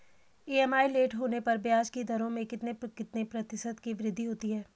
EMI late होने पर ब्याज की दरों में कितने कितने प्रतिशत की वृद्धि होती है?